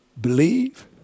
believe